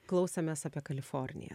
klausėmės apie kaliforniją